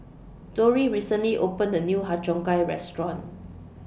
Dori recently opened The New Har Cheong Gai Restaurant